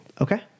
okay